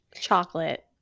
chocolate